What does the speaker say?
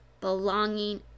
belonging